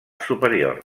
superior